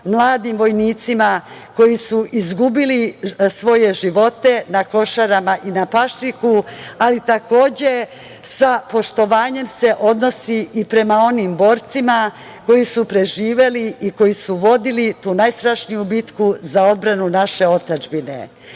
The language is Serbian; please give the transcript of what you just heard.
mladim vojnicima koji su izgubili svoje živote na Košarama i na Pašiku, ali takođe sa poštovanjem se odnosi i prema onim borcima koji su preživeli i koji su vodili tu najstrašniju bitku za odbranu naše otadžbine. Da